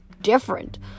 different